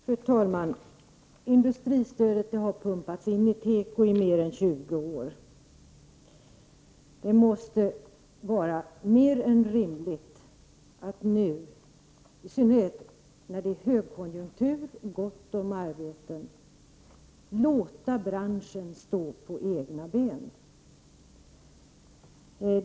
Fru talman! Industristödet har pumpats in i tekoindustrin i mer än 20 år. Det måste vara mer än rimligt att nu, i en högkonjunktur med gott om arbeten, låta branschen stå på egna ben.